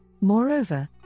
Moreover